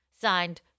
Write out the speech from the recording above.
Signed